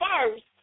first